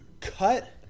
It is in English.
cut